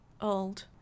old